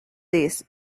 this